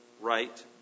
right